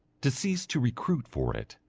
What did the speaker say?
to cease to recruit for it,